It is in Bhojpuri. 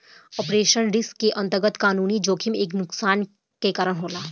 ऑपरेशनल रिस्क के अंतरगत कानूनी जोखिम नुकसान के कारन हो जाला